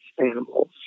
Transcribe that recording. animals